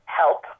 help